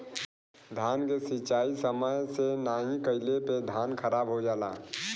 धान के सिंचाई समय से नाहीं कइले पे धान खराब हो जाला